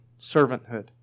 servanthood